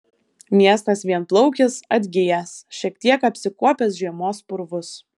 miestas vienplaukis atgijęs šiek tiek apsikuopęs žiemos purvus